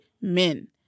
men